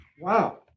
Wow